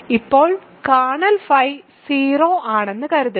ഇപ്പോൾ kernel phi 0 ആണെന്ന് കരുതുക